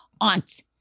aunt